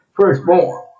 firstborn